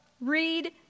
Read